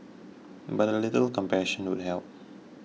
but a little compassion would help